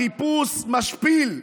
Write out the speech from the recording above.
חיפוש משפיל,